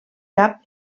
cap